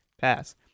pass